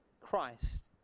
Christ